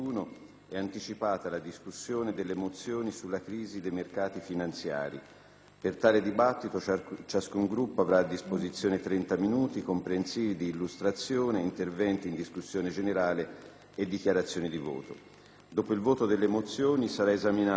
Per tale dibattito ciascun Gruppo avrà a disposizione 30 minuti, comprensivi di illustrazione, interventi in discussione generale e dichiarazioni di voto. Dopo il voto delle mozioni sarà esaminato il disegno di legge collegato su produttività lavoro pubblico, con l'auspicio